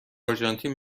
آرژانتین